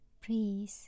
Please